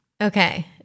Okay